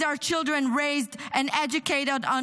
These are children raised and educated on